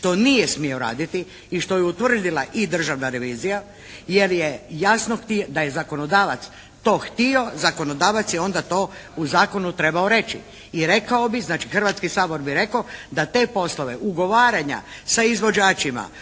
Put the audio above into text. što nije smio raditi i što je utvrdila i državna revizija, jer je jasno da je zakonodavac to htio, zakonodavac je onda to u zakonu trebao reći. I rekao bi znači, Hrvatski sabor bi rekao, da te poslove ugovaranja sa izvođačima,